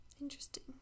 Interesting